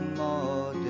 more